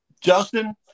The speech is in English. Justin